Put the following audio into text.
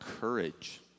courage